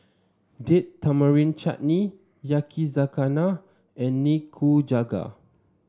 Date Tamarind Chutney Yakizakana and Nikujaga